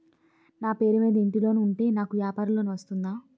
నా పేరు మీద ఇంటి లోన్ ఉంటే నాకు వ్యాపార లోన్ వస్తుందా?